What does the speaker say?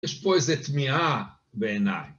יש פה איזו תמיהה בעיניי.